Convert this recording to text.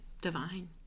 divine